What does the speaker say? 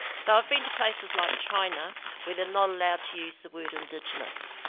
so, i've been to places like china where they're not allowed to use the word indigenous,